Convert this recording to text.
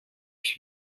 ich